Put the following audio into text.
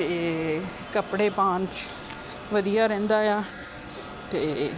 ਅਤੇ ਕੱਪੜੇ ਪਾਉਣ 'ਚ ਵਧੀਆ ਰਹਿੰਦਾ ਆ ਅਤੇ